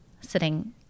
sitting